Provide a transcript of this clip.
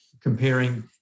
comparing